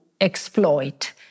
exploit